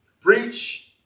Preach